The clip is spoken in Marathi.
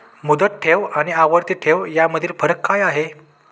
मुदत ठेव आणि आवर्ती ठेव यामधील फरक काय आहे?